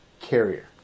carrier